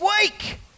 week